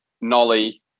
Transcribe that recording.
Nolly